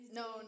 no